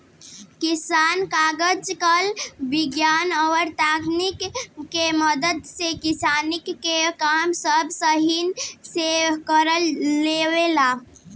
किसान आजकल विज्ञान और तकनीक के मदद से किसानी के काम सब असानी से कर लेवेले